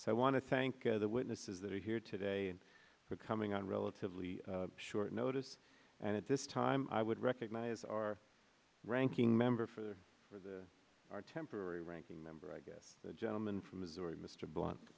so i want to thank the witnesses that are here today and for coming on relatively short notice and at this time i would recognize our ranking member for the for the our temporary ranking member i guess the gentleman from missouri mr